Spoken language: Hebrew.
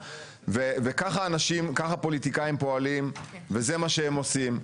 וככה פוליטיקאים פועלים וזה מה שהם עושים.